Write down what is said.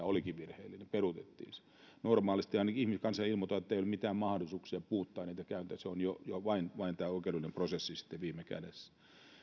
olikin virheellinen ja se peruutettiin normaalisti ainakin niin kansa ilmoittaa ei ole mitään mahdollisuuksia muuttaa niitä käytännössä on vain vain tämä oikeudellinen prosessi sitten viime kädessä